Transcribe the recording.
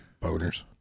Boners